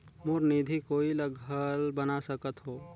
मोर निधि कोई ला घल बना सकत हो?